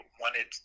wanted